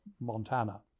Montana